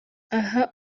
aha